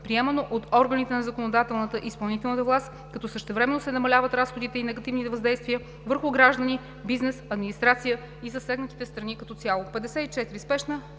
приемано от органите на законодателната и изпълнителната власт, като същевременно се намаляват разходите и негативните въздействия върху граждани, бизнес, администрация и засегнатите страни като цяло.